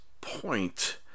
point